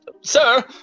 Sir